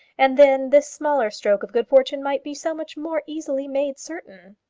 and then this smaller stroke of good fortune might be so much more easily made certain!